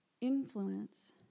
influence